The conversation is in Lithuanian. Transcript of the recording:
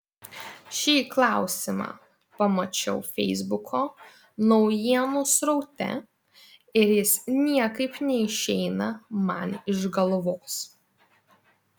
šį klausimą pamačiau feisbuko naujienų sraute ir jis niekaip neišeina man iš galvos